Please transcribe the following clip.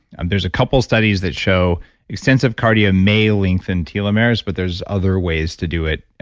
and there's a couple studies that show extensive cardio may lengthen telomeres, but there's other ways to do it.